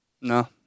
No